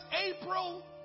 April